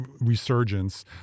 resurgence